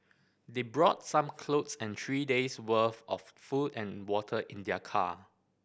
they brought some clothes and three days worth of food and water in their car